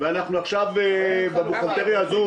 ואנחנו מתלבטים עכשיו בבוכלטריה הזאת?